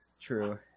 True